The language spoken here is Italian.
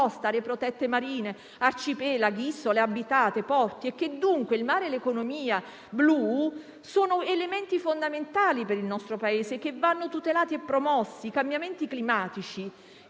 aree protette marine, arcipelaghi, isole abitate, porti e che dunque il mare e l'economia blu sono elementi fondamentali per il nostro Paese che vanno tutelati e promossi. I cambiamenti climatici